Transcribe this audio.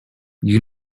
you